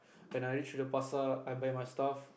when I reach the pasar I buy my stuff